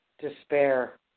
despair